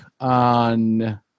on